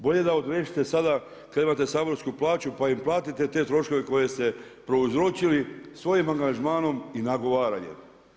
Bolje da odriješite sada kada imate saborsku plaću pa im platite te troškove koje ste prouzročili svojim angažmanom i nagovaranjem.